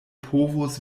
povos